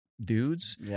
dudes